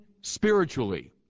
spiritually